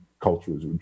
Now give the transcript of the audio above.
cultures